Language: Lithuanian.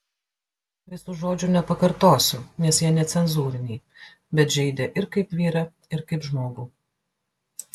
visų žodžių nepakartosiu nes jie necenzūriniai bet žeidė ir kaip vyrą ir kaip žmogų